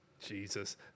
Jesus